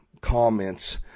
comments